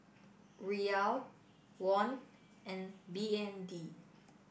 Riyal Won and B N D